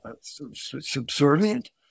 subservient